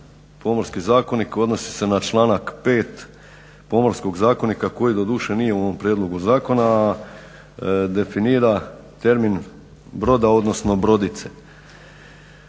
Pomorski zakonik odnosi se na članak 5. Pomorskog zakonika koji doduše nije u ovom prijedlogu zakona, definira termin broda odnosno brodice.